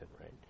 right